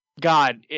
God